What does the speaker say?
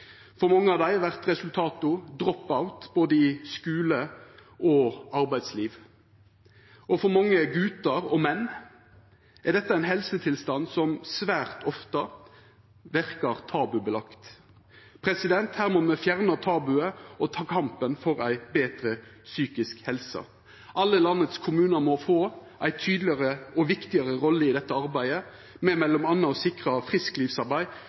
For mange av dei vert resultatet drop-out både i skule og i arbeidsliv. For mange gutar og menn er dette ein helsetilstand som svært ofte verkar tabubelagt. Her må me fjerna tabuet og ta kampen for ei betre psykisk helse. Alle kommunar i landet må få ei tydelegare og viktigare rolle i dette arbeidet, m.a. med å sikra frisklivsarbeid,